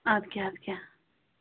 اَدٕ کیٛاہ اَدٕ کیٛاہ